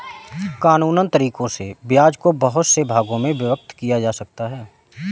कानूनन तरीकों से ब्याज को बहुत से भागों में विभक्त किया जा सकता है